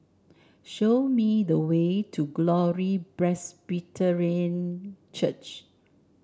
show me the way to Glory Presbyterian Church